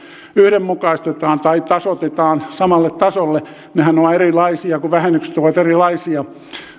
yhdenmukaistetaan tai tasoitetaan samalle tasolle nehän ovat erilaisia kun vähennykset ovat erilaisia